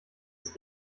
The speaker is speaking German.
ist